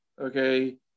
okay